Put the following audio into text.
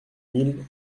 mille